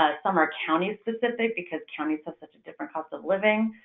ah some are county-specific because counties have such a different cost of living.